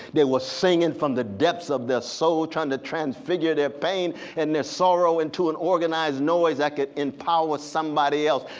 they were singing from the depths of their soul trying to transfigure their pain and sorrow into an organized noise that could empower somebody else.